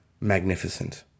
magnificent